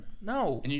No